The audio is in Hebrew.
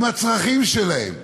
עם הצרכים שלהם,